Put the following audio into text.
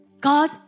God